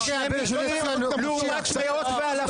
על שני מקרים לעומת מאות ואלפים?